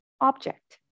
object